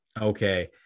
okay